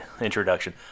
introduction